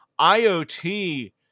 IoT